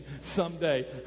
someday